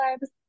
lives